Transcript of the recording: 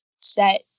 set